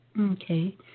Okay